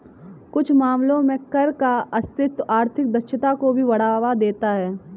कुछ मामलों में कर का अस्तित्व आर्थिक दक्षता को भी बढ़ावा देता है